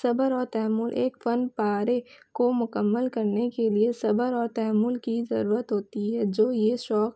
صبر اور تحمل ایک فن پارے کو مکمل کرنے کے لیے صبر اور تحمل کی ضرورت ہوتی ہے جو یہ شوق